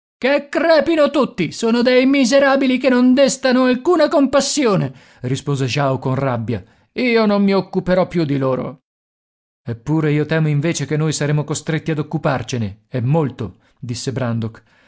che crepino tutti sono dei miserabili che non destano alcuna compassione rispose jao con rabbia io non mi occuperò più di loro eppure io temo invece che noi saremo costretti ad occuparcene e molto disse brandok